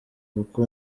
kuko